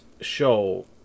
show